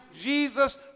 Jesus